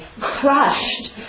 crushed